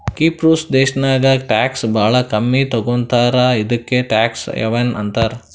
ಕಿಪ್ರುಸ್ ದೇಶಾನಾಗ್ ಟ್ಯಾಕ್ಸ್ ಭಾಳ ಕಮ್ಮಿ ತಗೋತಾರ ಇದುಕೇ ಟ್ಯಾಕ್ಸ್ ಹೆವನ್ ಅಂತಾರ